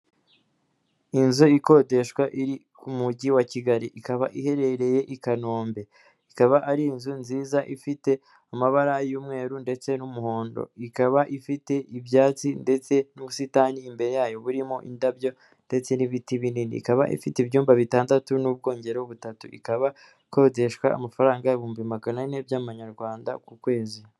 Inzu ikodeshwa iri ku mujyi wa Kigali, ikaba iherereye i Kanombe, ikaba ari inzu nziza ifite amabara y'umweru, ndetse n'umuhondo, ikaba ifite ibyatsi, ndetse n'ubusitani imbere yayo burimo indabyo, ndetse n'ibiti binini, ikaba ifite ibyumba bitandatu, n'ubwogero butatu, ikaba ikodeshwa amafaranga ibihumbi magana ane by'amanyarwanda ku kwezi.